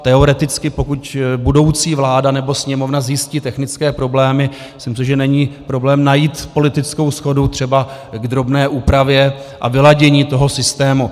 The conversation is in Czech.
Teoreticky, pokud budoucí vláda nebo Sněmovna zjistí technické problémy, myslím, že není problém najít politickou shodu třeba k drobné úpravě a vyladění toho systému.